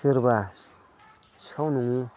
सोरबा सिखाव नङि